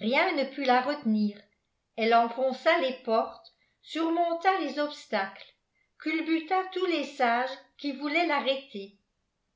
rien ne put la retenir elle enfonça les portes surmonta les obstacles culbuta tous les sages qui voulaient l'arrêter